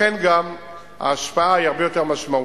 לכן גם ההשפעה היא הרבה יותר משמעותית,